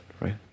Right